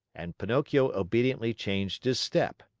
and pinocchio obediently changed his step.